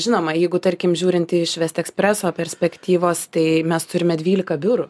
žinoma jeigu tarkim žiūrint iš vest ekspreso perspektyvos tai mes turime dvylika biurų